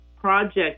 project